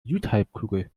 südhalbkugel